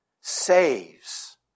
saves